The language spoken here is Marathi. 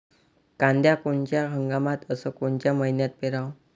कांद्या कोनच्या हंगामात अस कोनच्या मईन्यात पेरावं?